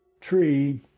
tree